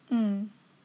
mm